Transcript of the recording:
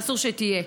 ואסור שהיא תהיה.